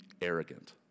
arrogant